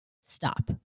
Stop